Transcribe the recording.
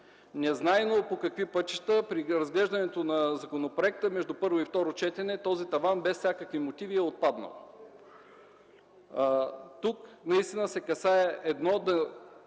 Незнайно по какви пътища при разглеждането на законопроекта между първо и второ четене този таван без всякакви мотиви е отпаднал. Тук наистина трябва да